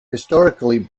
historically